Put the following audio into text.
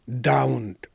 downed